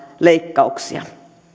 leikkauksia